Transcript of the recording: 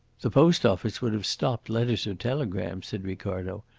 the post office would have stopped letters or telegrams, said ricardo.